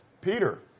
Peter